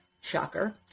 Shocker